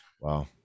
Wow